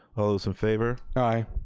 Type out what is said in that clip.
all those in favor. aye.